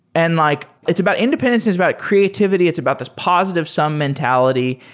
and like it's about independence. it's about creativity. it's about this positive sum mentality,